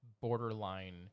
borderline